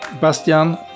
Bastian